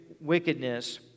wickedness